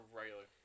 regular